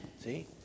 See